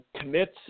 commits